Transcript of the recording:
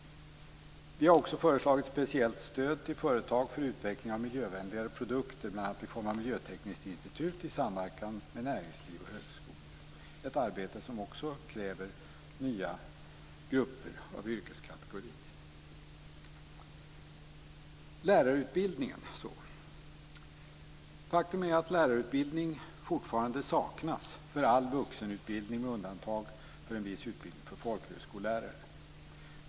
Vi har också föreslagit speciellt stöd till företag för utveckling av miljövänligare produkter, bl.a. i form av ett miljötekniskt institut i samverkan med näringsliv och högskolor. Det är ett arbete som också kräver nya grupper av yrkeskategorier. Jag skall nu tala om lärarutbildningen. Faktum är att en sådan fortfarande saknas för all vuxenutbildning med undantag av en viss utbildning av folkhögskolelärare.